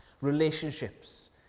relationships